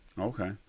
Okay